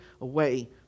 away